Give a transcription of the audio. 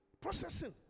processing